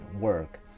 work